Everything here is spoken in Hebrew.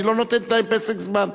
אני לא נותן להם פסק זמן,